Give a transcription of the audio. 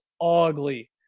ugly